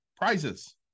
prizes